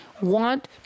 want